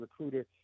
recruiter